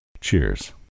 Cheers